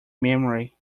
memory